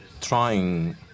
trying